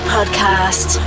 Podcast